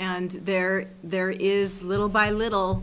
and there there is little by little